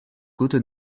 gute